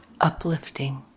uplifting